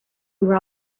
were